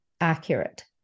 accurate